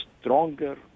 stronger